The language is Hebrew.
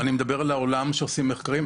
אני מדבר על כל העולם עושים מחקרים.